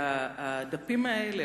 הדפים האלה,